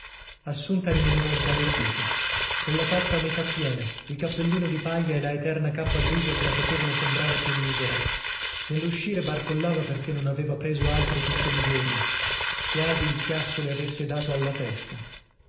assunta rimaneva sbalordita colla tazza a metà piena il cappellino di paglia e la eterna cappa grigia che la facevano sembrare più misera nelluscire barcollava perchè non aveva preso altro tutto il giorno quasi il chiasso le avesse dato alla testa